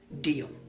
deal